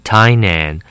Tainan